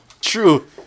True